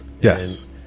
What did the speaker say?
Yes